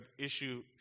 issue